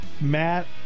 Matt